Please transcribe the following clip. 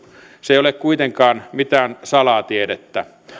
se ei ole kuitenkaan mitään salatiedettä